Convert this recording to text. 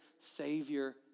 Savior